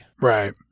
Right